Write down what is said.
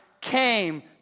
came